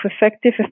effective